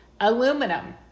aluminum